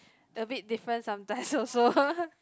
a bit different sometimes also